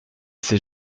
c’est